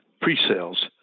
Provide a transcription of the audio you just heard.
pre-sales